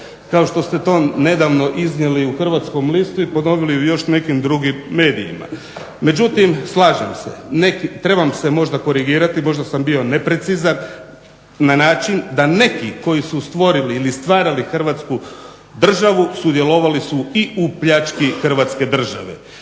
kao što ste to nedavno iznijeli u hrvatskom listu i ponovili u još nekim drugim medijima. Međutim slažem se, trebam se možda korigirati, možda sam bio neprecizan na način da neki koji su stvorili ili stvarali Hrvatsku državu sudjelovali su i u pljački Hrvatske države.